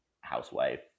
housewife